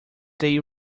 they